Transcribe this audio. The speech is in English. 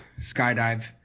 skydive